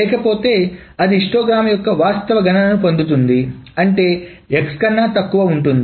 లేకపోతే అది హిస్టోగ్రాం యొక్క వాస్తవ గణనను పొందుతుంది అంటే x కన్నా తక్కువ ఉంటుంది